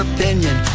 Opinion